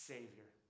Savior